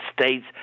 States